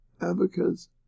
advocates